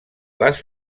les